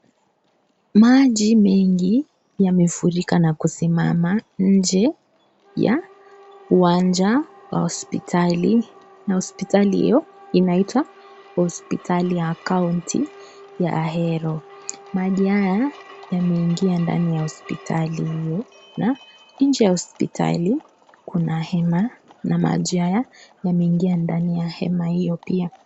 Maji mengi, yamefurika na kusimama nje ya uwanja wa hospitali na hospitali hiyo, inaitwa hospitali ya kaunti ya Ahero. Maji haya yamejngia ndani ya hospitali hiyo na nje ya hospitali kuna hema na maji haya yamejngia ndani ya hema hiyo pia.